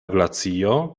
glacio